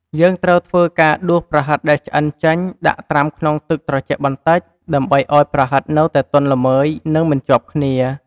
យើងត្រូវធ្វើការដួសប្រហិតដែលឆ្អិនចេញ ដាក់ត្រាំក្នុងទឹកត្រជាក់បន្តិច ដើម្បីឱ្យប្រហិតនៅតែទន់ល្មើយ និងមិនជាប់គ្នា។